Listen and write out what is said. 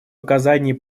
оказании